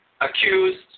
accused